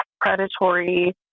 predatory